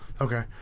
Okay